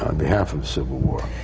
um behalf of civil war?